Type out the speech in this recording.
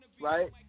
right